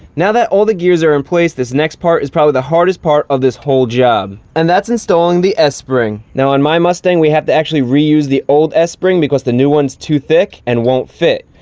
now that all the gears are in place, this next part is probably the hardest part of this whole job. and that's installing the s-spring. now, on my mustang, we have to actually reuse the old s-spring because the new one's too thick and won't fit.